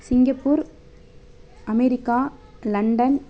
Singapore America London